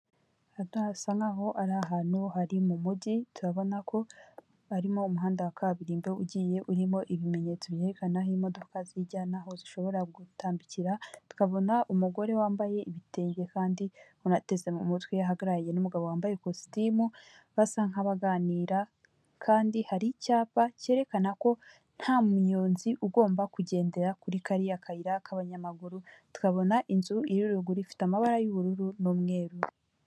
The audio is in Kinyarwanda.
Hano hasa nkaho ari ahantu hari mu mugi, turabona ko harimo umuhanda wa kaburimbo ugiye urimo ibimenyetso byerekana aho imodoka zijya na'aho zishobora gutambikira, tukabona umugore wambaye ibitenge kandi unateze mu mutwe ahagararanye n'umugabo wambaye ikositimu basa nkabaganira kandi hari icyapa cyerekana ko nta munyonzi ugomba kugendera kuri kariya kayira k'abanyamaguru tukabona inzu iri ruguru ifite amabara y'ubururu n'umweru.